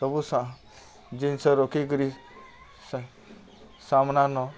ସବୁ ଜିନିଷ୍ ରଖିକିରି ସାମ୍ନା ନ